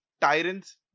tyrants